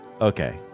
okay